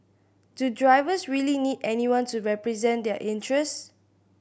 do drivers really need anyone to represent their interest